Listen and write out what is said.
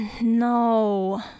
no